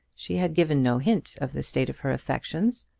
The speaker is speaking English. she had given no hint of the state of her affections.